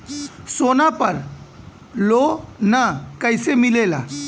सोना पर लो न कइसे मिलेला?